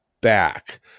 back